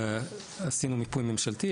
עשינו מיפוי ממשלתי,